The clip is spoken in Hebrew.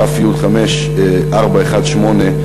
ת"י 5418,